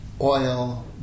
oil